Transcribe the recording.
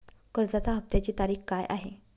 कर्जाचा हफ्त्याची तारीख काय आहे?